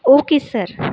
okay sir